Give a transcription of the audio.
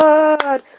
God